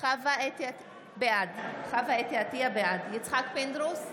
בעד יצחק פינדרוס,